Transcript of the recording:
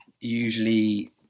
usually